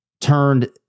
turned